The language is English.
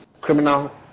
criminal